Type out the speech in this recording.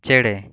ᱪᱮᱬᱮᱸ